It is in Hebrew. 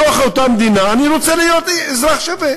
בתוך אותה מדינה אני רוצה להיות אזרח שווה.